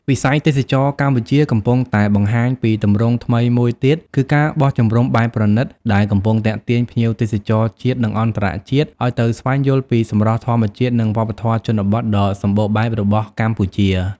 វិស័យទេសចរណ៍កម្ពុជាកំពុងតែបង្ហាញពីទម្រង់ថ្មីមួយទៀត គឺ ការបោះជំរំបែបប្រណីត ដែលកំពុងទាក់ទាញភ្ញៀវទេសចរជាតិ និងអន្តរជាតិឲ្យទៅស្វែងយល់ពីសម្រស់ធម្មជាតិ និងវប្បធម៌ជនបទដ៏សម្បូរបែបរបស់កម្ពុជា។